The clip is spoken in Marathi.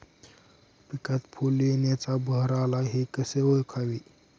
पिकात फूल येण्याचा बहर आला हे कसे ओळखावे?